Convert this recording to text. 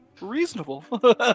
Reasonable